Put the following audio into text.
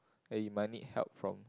and you might need help from